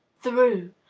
through!